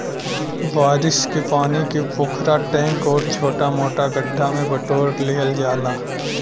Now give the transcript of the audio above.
बारिश के पानी के पोखरा, टैंक आउर छोटा मोटा गढ्ढा में बटोर लिहल जाला